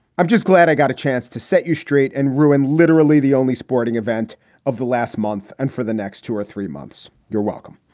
i'm just glad i got a chance to set you straight and ruin literally the only sporting event of the last month. and for the next two or three months. you're welcome.